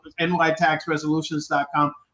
nytaxresolutions.com